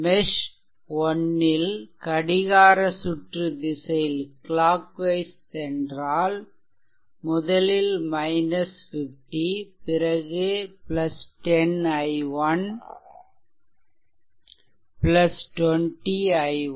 மெஷ்1 ல் கடிகார சுற்று திசையில் சென்றால் முதலில் 50 பிறகு 10 i1 20 i1